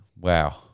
Wow